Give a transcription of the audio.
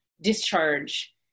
discharge